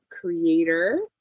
creator